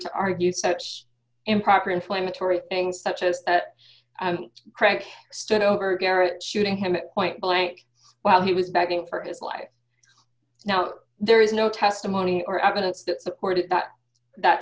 to argue such improper inflammatory things such as that crack stood over garrett shooting him it point blank while he was begging for his life now there is no testimony or evidence that supported that that